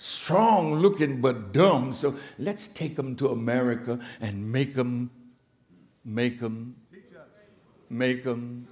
strong lookin but don't so let's take them to america and make them make them make